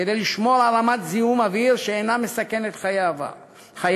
כדי לשמור על רמת זיהום אוויר שאינה מסכנת חיי אדם.